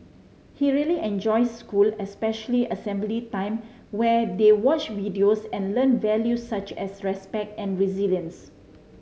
he really enjoys school especially assembly time where they watch videos and learn values such as respect and resilience